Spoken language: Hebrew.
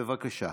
בבקשה.